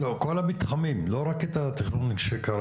לא, כל המתחמים, לא רק את התכנון שכרגע.